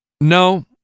No